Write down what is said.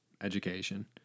education